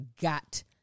got